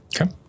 Okay